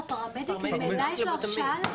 לפרמדיק ממילא יש הרשאה לכך,